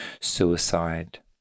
suicide